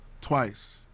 twice